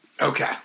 Okay